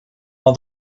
all